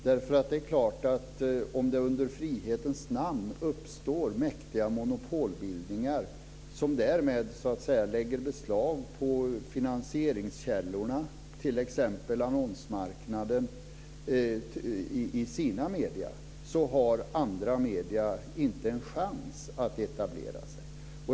Det är klart att om det under frihetens namn uppstår mäktiga monopolbildningar, som därmed så att säga lägger beslag på finansieringskällorna, t.ex. annonsmarknaden, i sina medier, har andra medier inte en chans att etablera sig.